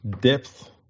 Depth